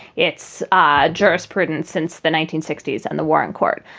its ah jurisprudence since the nineteen sixty s and the warren court.